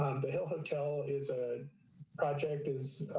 the hill hotel is a project is